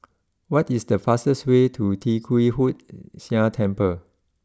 what is the fastest way to Tee Kwee Hood Sia Temple